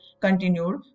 continued